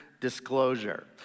disclosure